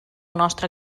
nostra